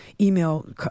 email